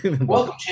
Welcome